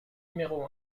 numéro